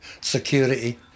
security